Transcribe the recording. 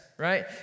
Right